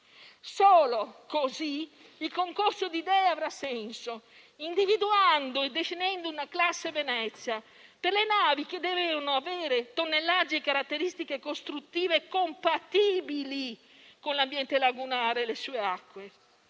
Solo così il concorso di idee avrà senso, individuando e definendo una classe Venezia per le navi che devono avere tonnellaggi e caratteristiche costruttive compatibili con l'ambiente lagunare e le sue acque